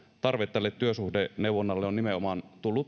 tarve työsuhdeneuvonnalle on tullut nimenomaan